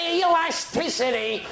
elasticity